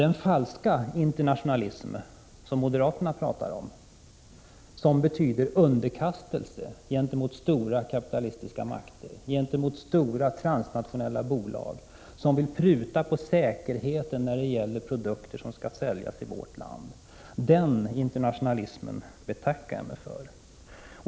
Den falska internationalism som moderaterna talar om och som betyder underkastelse gentemot stora kapitalistiska makter och stora transnationella bolag, vilka vill pruta på säkerheten när det gäller produkter som skall säljas i vårt land, betackar jag mig för.